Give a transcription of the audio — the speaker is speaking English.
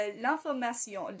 l'information